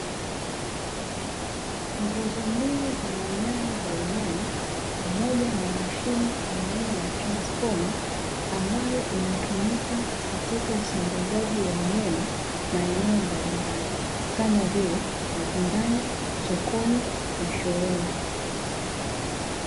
nguzo mbili zenye nyaya za umeme pamoja na mashine aina ya transifoma ambayo inatumika katika usambazaji wa umeme maeneo mbalimbali kama vile majumbani ,sokoni na shuleni.